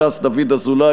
ש"ס: דוד אזולאי.